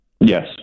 Yes